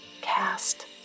cast